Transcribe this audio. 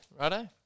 Righto